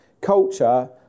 culture